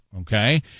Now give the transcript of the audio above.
okay